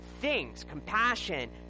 things—compassion